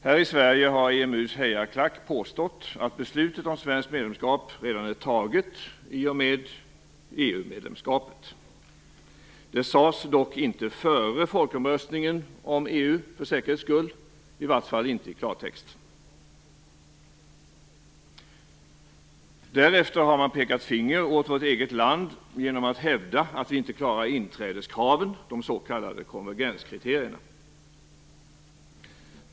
Här i Sverige har EMU:s hejarklack påstått att beslutet om svenskt medlemskap redan är fattat, i och med EU-medlemskapet. Detta sades för säkerhets skull inte före folkomröstningen om EU, i vart fall inte i klartext. Därefter har man pekat finger åt vårt eget land genom att hävda att vi inte klarar inträdeskraven, de s.k. konvergenskriterierna.